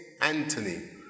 Anthony